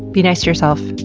be nice to yourself.